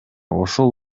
ошол